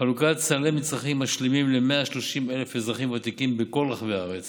חלוקת סלי מצרכים משלימים ל־130,000 אזרחים ותיקים בכל רחבי הארץ